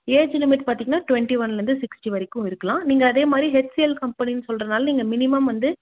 age limit பார்த்தீங்னா twenty ஒன்லருந்து sixty வரைக்கும் இருக்கலாம் நீங்கள் அதேமாதிரி ஹெச்சிஎல் கம்பெனினு சொல்றனாலே நீங்கள் மினிமம் வந்து